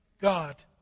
God